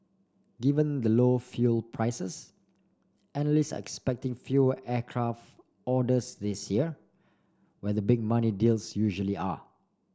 given the low fuel prices analysts are expecting fewer aircraft orders this year where the big money deals usually are